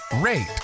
rate